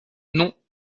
non